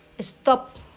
stop